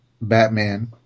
Batman